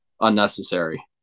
unnecessary